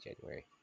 January